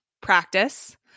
practice